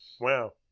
Wow